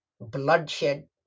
bloodshed